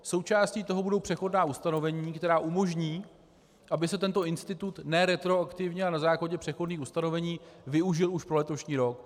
Součástí toho budou přechodná ustanovení, která umožní, aby se tento institut ne retroaktivně, ale na základě přechodných ustanovení využil už pro letošní rok.